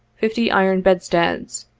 fifty iron bedsteads,